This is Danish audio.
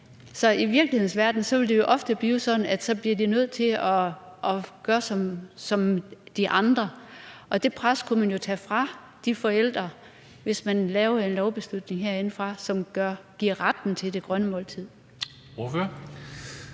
Så i virkelighedens verden vil det jo ofte blive sådan, at de bliver nødt til at gøre som de andre. Og det pres kunne man jo tage fra de forældre, hvis man herindefra lavede en lovgivning, som gav retten til det grønne måltid.